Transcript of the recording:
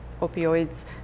opioids